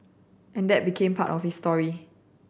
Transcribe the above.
and that became part of his story